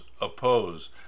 oppose